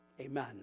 Amen